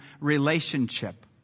relationship